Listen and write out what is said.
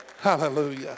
Hallelujah